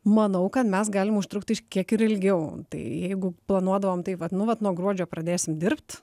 manau kad mes galim užtrukti kiek ir ilgiau tai jeigu planuodavom taip vat nu vat nuo gruodžio pradėsim dirbt